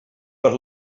per